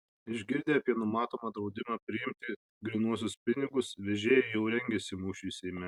išgirdę apie numatomą draudimą priimti grynuosius pinigus vežėjai jau rengiasi mūšiui seime